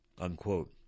unquote